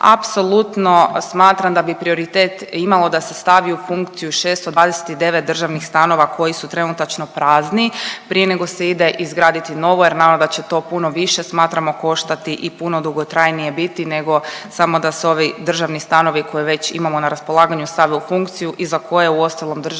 apsolutno smatram da bi prioritet imalo da se stavi u funkciju 629 državnih stanova koji su trenutačno prazni prije nego se ide izgraditi novo jer naravno da će to puno više smatramo koštati i puno dugotrajnije biti nego samo da se ovi državni stanovi koje već imamo na raspolaganju stave u funkciju i za koje uostalom država,